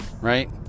right